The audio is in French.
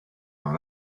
par